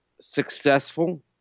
successful